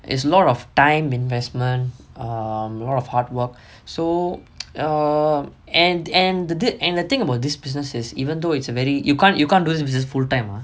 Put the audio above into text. it's a lot of time investment err a lot of hard work so err and and the thing about this business is even though it's a very you can't you can't do this business full time ah